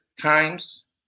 times